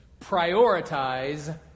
Prioritize